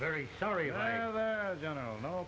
very sorry i don't know